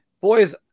boys